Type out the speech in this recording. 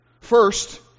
First